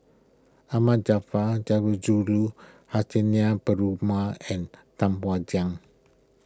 Ahmad Jarfar Sundarajulu Perumal and Tam Wai Jia